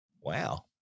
Wow